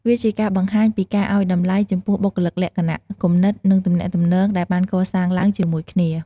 វាជាការបង្ហាញពីការឲ្យតម្លៃចំពោះបុគ្គលិកលក្ខណៈ គំនិត និងទំនាក់ទំនងដែលបានកសាងឡើងជាមួយគ្នា។